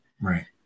Right